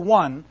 one